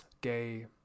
Gay